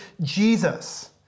Jesus